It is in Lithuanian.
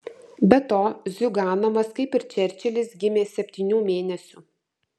be to ziuganovas kaip ir čerčilis gimė septynių mėnesių